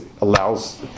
allows